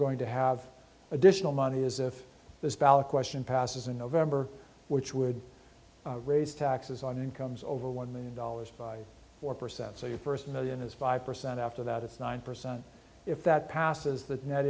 going to have additional money is this ballot question passes in november which would raise taxes on incomes over one million dollars by four percent so your first million is five percent after that it's nine percent if that passes the net